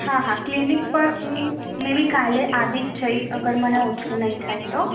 હા હા ક્લિનિક પર હું મે બી કાલે આવી જ જઈશ અગર મને ઓછું નહીં થાય તો